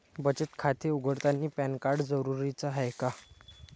बचत खाते उघडतानी पॅन कार्ड जरुरीच हाय का?